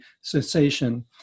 cessation